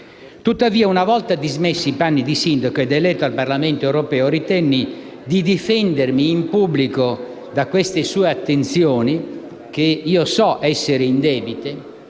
Tuttavia, una volta dismessi i panni di sindaco ed eletto al Parlamento europeo, ritenni di difendermi in pubblico da queste sue attenzioni, che io so essere indebite